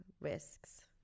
risks